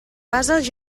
bases